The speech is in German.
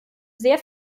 sehr